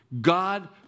God